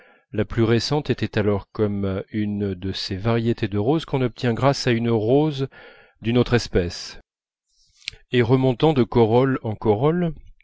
la plus récente était alors comme une de ces variétés de roses qu'on obtient grâce à une rose d'une autre espèce et remontant de corolle en corolle